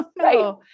right